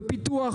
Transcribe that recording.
בפיתוח,